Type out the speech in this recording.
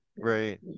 right